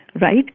right